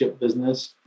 business